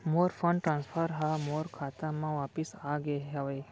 मोर fund transfer हा मोर खाता मा वापिस आ गे हवे